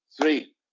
three